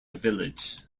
village